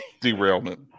Derailment